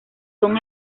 son